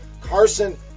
Carson